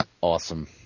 Awesome